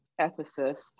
ethicist